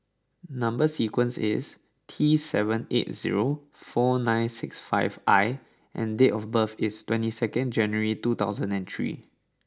number sequence is T seven eight zero four nine six five I and date of birth is twenty second January two thousand and three